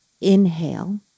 inhale